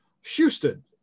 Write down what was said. Houston